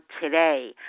today